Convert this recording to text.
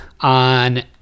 on